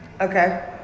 Okay